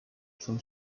from